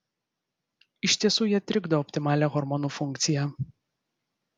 iš tiesų jie trikdo optimalią hormonų funkciją